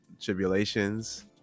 tribulations